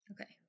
Okay